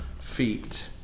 feet